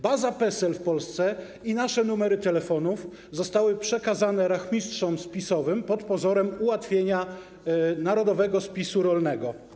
Baza PESEL w Polsce i nasze numery telefonów zostały przekazane rachmistrzom spisowym pod pozorem ułatwienia narodowego spisu rolnego.